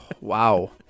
Wow